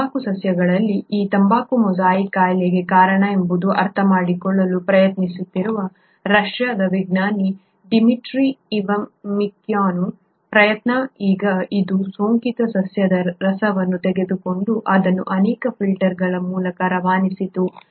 ತಂಬಾಕು ಸಸ್ಯಗಳಲ್ಲಿ ಈ ತಂಬಾಕು ಮೊಸಾಯಿಕ್ ಕಾಯಿಲೆಗೆ ಕಾರಣವೇನು ಎಂಬುದನ್ನು ಅರ್ಥಮಾಡಿಕೊಳ್ಳಲು ಪ್ರಯತ್ನಿಸುತ್ತಿರುವ ರಷ್ಯಾದ ವಿಜ್ಞಾನಿ ಡಿಮಿಟ್ರಿ ಇವನೊವ್ಸ್ಕಿಯ ಪ್ರಯತ್ನ ಈಗ ಅದು ಸೋಂಕಿತ ಸಸ್ಯದ ರಸವನ್ನು ತೆಗೆದುಕೊಂಡು ಅದನ್ನು ಅನೇಕ ಫಿಲ್ಟರ್ಗಳ ಮೂಲಕ ರವಾನಿಸಿತು